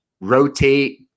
rotate